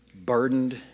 burdened